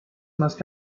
must